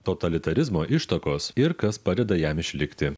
totalitarizmo ištakos ir kas padeda jam išlikti